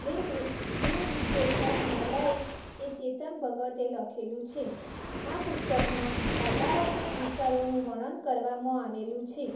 three મિ three mistake of my life એ ચેતન ભગતે લખેલું છે આ પુસ્તકમાં હકારાત્મક વિચારોનું વર્ણન કરવામાં આવેલું છે